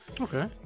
Okay